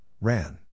ran